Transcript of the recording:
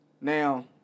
Now